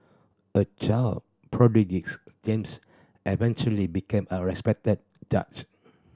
a child prodigies James eventually became a respected judge